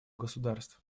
государств